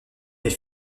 mais